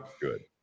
good